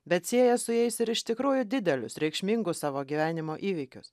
bet sieja su jais ir iš tikrųjų didelius reikšmingus savo gyvenimo įvykius